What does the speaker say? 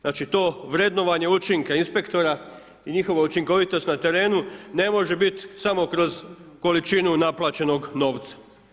Znači, to vrednovanje učinka inspektora i njihova učinkovitost na terenu, ne može bit samo kroz količinu naplaćenog novca.